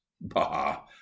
bah